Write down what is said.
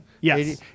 yes